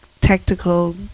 tactical